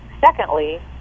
Secondly